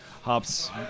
hops